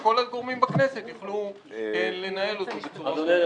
וכל הגורמים בכנסת יוכלו לנהל אותו בצורה טובה.